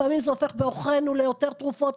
לפעמים זה הופך בעוכרינו ליותר תרופות,